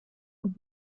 und